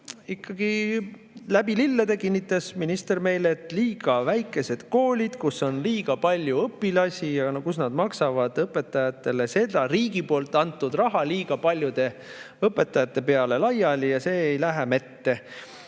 Ikkagi läbi lillede kinnitas minister meile, et on liiga väikesed koolid, kus on liiga palju õpilasi ja kus nad maksavad õpetajatele seda riigi poolt antud raha liiga paljude õpetajate peale laiali. Ja see ei lähe mette.